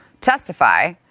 testify